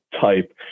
Type